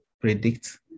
predict